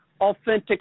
authentic